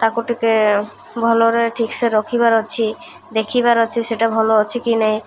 ତାକୁ ଟିକିଏ ଭଲରେ ଠିକ୍ସେ ରଖିବାର ଅଛି ଦେଖିବାର ଅଛି ସେଇଟା ଭଲ ଅଛି କି ନାହିଁ